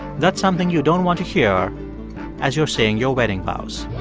that's something you don't want to hear as you're saying your wedding vows